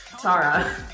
Tara